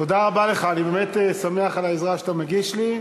תודה רבה לך, אני באמת שמח על העזרה שאתה מגיש לי.